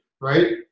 right